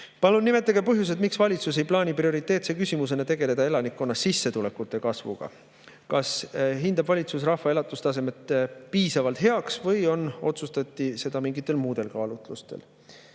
Palun nimetage põhjused, miks valitsus ei plaani prioriteetse küsimusena tegeleda elanikkonna sissetulekute kasvuga. Kas valitsus hindab rahva elatustaset piisavalt heaks või otsustati seda mingitel muudel kaalutlustel?